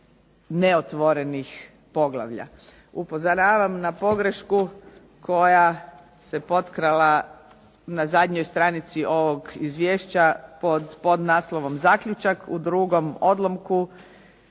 neotvorenih poglavlja. Upozoravam na pogrešku koja se potkrala na zadnjoj stranici ovog izvješća pod naslovom "Zaključak", u drugom odlomku,